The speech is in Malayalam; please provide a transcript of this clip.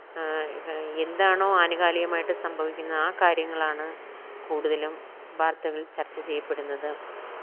എന്താണോ ആനുകാലികമായിട്ടു സംഭവിക്കുന്നത് ആ കാര്യങ്ങളാണ് കൂടുതലും വാര്ത്തകള് ചര്ച്ച ചെയ്യപ്പെടുന്നത്